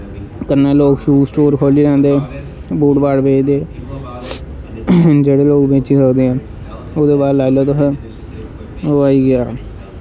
कन्नै लोग shoes store खोह्ल्ली लैंदे बूट बाट बेचदे जेह्ड़े लोग बेच्ची सकदे ओह्दे बाद लाई लैओ तुस ओह् आई गेआ